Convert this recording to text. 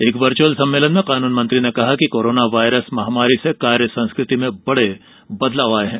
एक वर्चअल सम्मेलन में कानून मंत्री ने कहा कि कोरोना वायरस महामारी से कार्य संस्कृति में बदलाव आए हैं